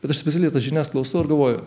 bet aš specialiai tas žinais klausau ir galvoju